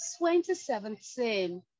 2017